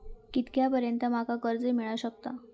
कितक्या पर्यंत माका कर्ज मिला शकता?